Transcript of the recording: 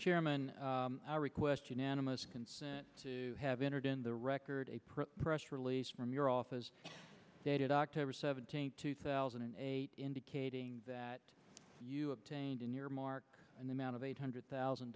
chairman i request unanimous consent to have entered in the record a press release from your office dated october seventeenth two thousand and eight indicating that you obtained an earmark in the amount of eight hundred thousand